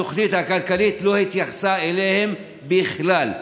התוכנית הכלכלית לא התייחסה אליהם בכלל.